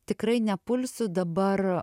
tikrai nepulsiu dabar